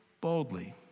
boldly